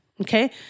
Okay